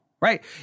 right